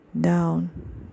down